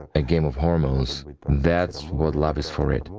a game of hormones that's what love is for it,